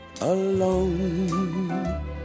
alone